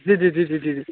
जी जी जी जी जी